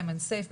איימן סייף,